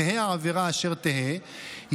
תהא העבירה אשר תהא,